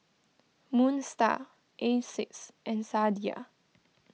Moon Star Asics and Sadia